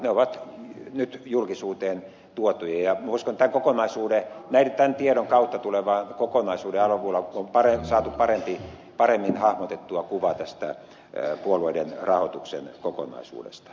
ne ovat nyt julkisuuteen tuotuja ja uskon että tämän tiedon kautta on saatu paremmin hahmotettua kuva tästä puolueiden rahoituksen kokonaisuudesta